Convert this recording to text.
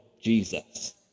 Jesus